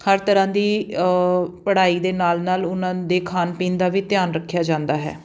ਹਰ ਤਰ੍ਹਾਂ ਦੀ ਪੜ੍ਹਾਈ ਦੇ ਨਾਲ ਨਾਲ ਉਹਨਾਂ ਦੇ ਖਾਣ ਪੀਣ ਦਾ ਵੀ ਧਿਆਨ ਰੱਖਿਆ ਜਾਂਦਾ ਹੈ